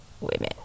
women